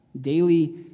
daily